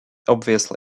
obviously